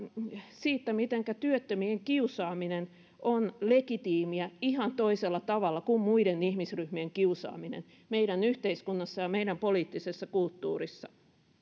siitä mitenkä työttömien kiusaaminen on legitiimiä ihan toisella tavalla kuin muiden ihmisryhmien kiusaaminen meidän yhteiskunnassamme ja meidän poliittisessa kulttuurissamme